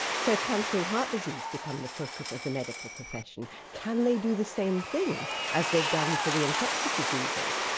so cancer and heart disease become the focus of the medical profession. can they do the same thing as they've done for the infectious diseases?